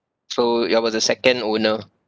so ya I was the second owner